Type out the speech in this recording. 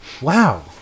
Wow